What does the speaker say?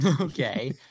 Okay